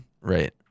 Right